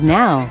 now